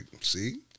see